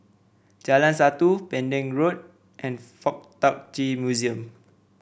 Jalan Satu Pending Road and FuK Tak Chi Museum